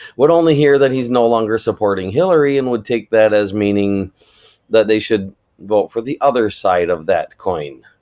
would only hear that he's no longer supporting for hillary, and would take that as meaning that they should vote for the other side of that coin,